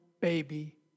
baby